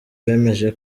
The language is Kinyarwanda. bemeje